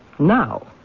now